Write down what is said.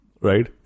Right